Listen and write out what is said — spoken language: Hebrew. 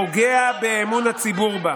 פוגע באמון הציבור בה.